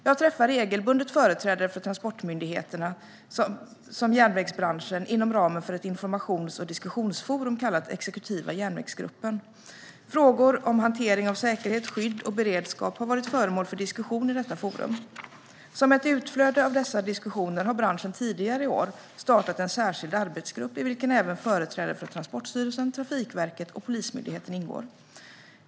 Jag träffar regelbundet företrädare för såväl transportmyndigheterna som järnvägsbranschen inom ramen för ett informations och diskussionsforum kallat exekutiva järnvägsgruppen. Frågor om hantering av säkerhet, skydd och beredskap har varit föremål för diskussion i detta forum. Som ett utflöde av dessa diskussioner har branschen tidigare i år startat en särskild arbetsgrupp, i vilken även företrädare för Transportstyrelsen, Trafikverket och Polismyndigheten ingår.